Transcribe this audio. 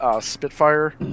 Spitfire